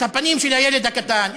את הפנים של הילד הקטן,